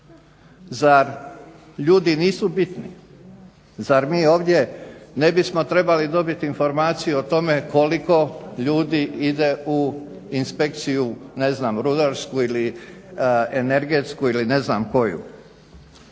Zar ljudi nisu bitni? Zar mi ovdje ne bismo trebali dobit informaciju o tome koliko ljudi ide u inspekciju rudarsku ili energetsku ili ne znam koju?